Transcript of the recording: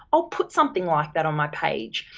i'll put something like that on my page.